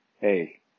hey